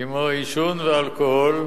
כמו עישון ואלכוהול,